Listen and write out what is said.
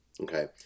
okay